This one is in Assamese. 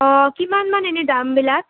অঁ কিমান মান এনে দামবিলাক